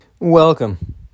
Welcome